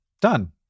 Done